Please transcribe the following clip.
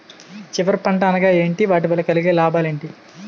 చివరి పంట అనగా ఏంటి వాటి వల్ల కలిగే లాభాలు ఏంటి